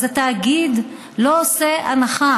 אז התאגיד לא עושה הנחה.